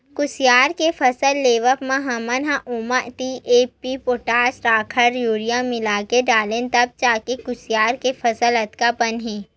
कुसियार के फसल लेवब म हमन ह ओमा डी.ए.पी, पोटास, राखड़, यूरिया मिलाके डालेन तब जाके कुसियार के फसल अतका पन हे